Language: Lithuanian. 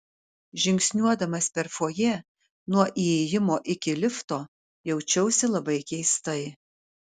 žingsniuodamas per fojė nuo įėjimo iki lifto jaučiausi labai keistai